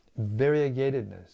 variegatedness